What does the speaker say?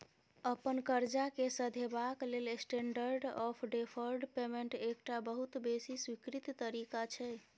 अपन करजा केँ सधेबाक लेल स्टेंडर्ड आँफ डेफर्ड पेमेंट एकटा बहुत बेसी स्वीकृत तरीका छै